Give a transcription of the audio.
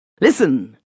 Listen